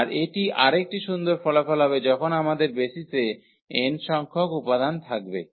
আর এটি আরেকটি সুন্দর ফলাফল হবে যখন আমাদের বেসিসে n সংখ্যক উপাদান থাকবে